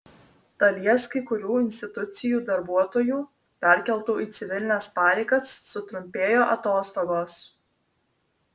dalies kai kurių institucijų darbuotojų perkeltų į civilines pareigas sutrumpėjo atostogos